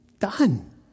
done